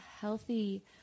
healthy